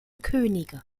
könige